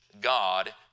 God